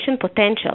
potential